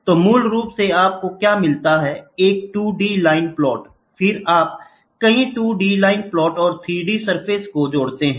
तो मूल रूप से आपको क्या मिलता है एक 2 D लाइन प्लॉट फिर आप कई 2 D लाइन प्लॉट और 3D सरफेस को जोड़ते हैं